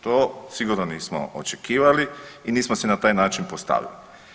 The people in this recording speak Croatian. To sigurno nismo očekivali i nismo se na taj način postavili.